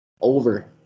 over